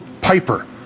Piper